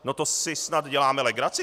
No to si snad děláme tady legraci?